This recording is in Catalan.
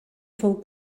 fou